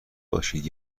باشید